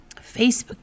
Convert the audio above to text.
Facebook